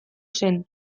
zen